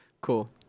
cool